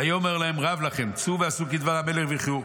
ויאמר להם רב לכם צאו ועשו כדבר המלך וחיו.